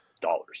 dollars